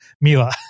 Mila